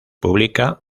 publica